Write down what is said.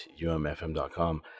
umfm.com